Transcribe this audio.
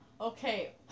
Okay